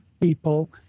people